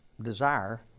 desire